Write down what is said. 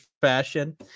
fashion